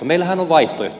meillähän on vaihtoehto